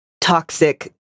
toxic